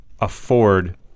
afford